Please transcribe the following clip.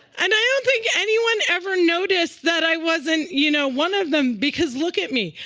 and i don't think anyone ever noticed that i wasn't you know one of them. because look at me.